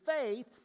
faith